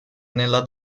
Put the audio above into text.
nella